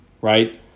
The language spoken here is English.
Right